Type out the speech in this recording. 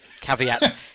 Caveat